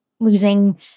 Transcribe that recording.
losing